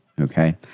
Okay